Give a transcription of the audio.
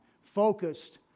focused